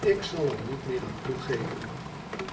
ik zal er niet meer aan toegeven